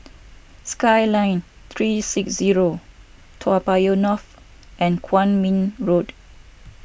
Skyline three six zero Toa Payoh North and Kwong Min Road